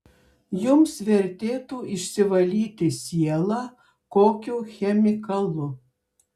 jums vertėtų išsivalyti sielą kokiu chemikalu